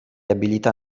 abilità